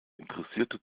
interessierte